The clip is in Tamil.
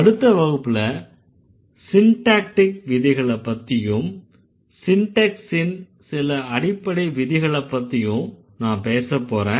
அடுத்த வகுப்புல சிண்டேக்டிக் விதிகளைப்பத்தியும் சிண்டெக்ஸின் சில அடிப்படை விதிகளைப்பத்தியும் நான் பேசப்போறேன்